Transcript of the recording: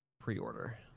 Pre-order